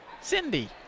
Cindy